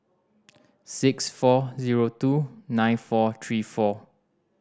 six four zero two nine four three four